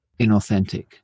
inauthentic